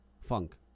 funk